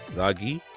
ragi,